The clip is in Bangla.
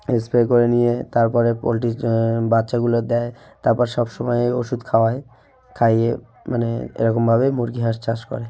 স্প্রে করে নিয়ে তারপরে পোলট্রির বাচ্চাগুলো দেয় তারপর সব সময় ওষুধ খাওয়ায় খাইয়ে মানে এরকমভাবেই মুরগি হাঁস চাষ করে